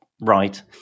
right